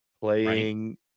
playing